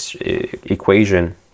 equation